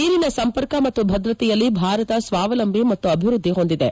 ನೀರಿನ ಸಂಪರ್ಕ ಮತ್ತು ಭದ್ರತೆಯಲ್ಲಿ ಭಾರತ ಸ್ವಾವಲಂಬಿ ಮತ್ತು ಅಭಿವೃದ್ದಿ ಹೊಂದಿದೆ